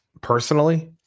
personally